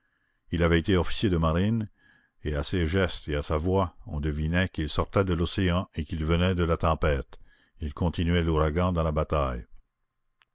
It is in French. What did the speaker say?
il avait été officier de marine et à ses gestes et à sa voix on devinait qu'il sortait de l'océan et qu'il venait de la tempête il continuait l'ouragan dans la bataille